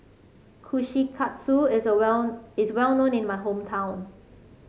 kushikatsu is well is well known in my hometown